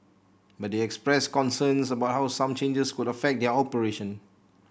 but they express concerns about how some changes could affect their operation